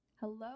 Hello